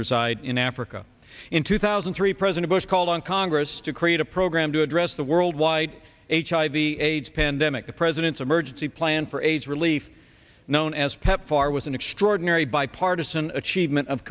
reside in africa in two thousand three president bush called on congress to create a program to address the worldwide hiv aids pandemic the president's emergency plan for aids relief known as pepfar was an extraordinary bipartisan achievement of